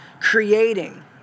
creating